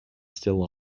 still